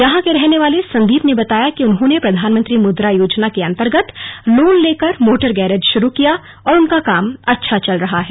यहां के रहने वाले संदीप ने बताया कि उन्होंने प्रधानमंत्री मुद्रा योजना के अंतर्गत लोन लेकर मोटर गैरेज शुरू किया और उनका काम अच्छा चल रहा है